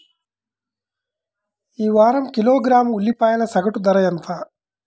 ఈ వారం కిలోగ్రాము ఉల్లిపాయల సగటు ధర ఎంత?